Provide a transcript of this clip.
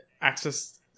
access